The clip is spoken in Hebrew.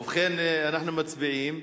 ובכן, אנחנו מצביעים.